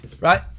Right